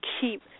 keep